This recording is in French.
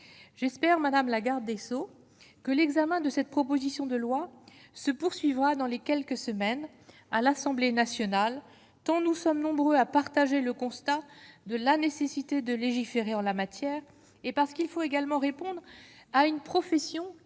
j'espère Madame la garde des Sceaux, que l'examen de cette proposition de loi se poursuivra dans les quelques semaines à l'Assemblée nationale, tant nous sommes nombreux à partager le constat de la nécessité de légiférer en la matière et parce qu'il faut également répondre à une profession qui est depuis